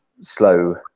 slow